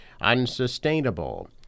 unsustainable